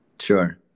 Sure